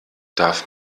darf